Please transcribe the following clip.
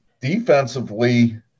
defensively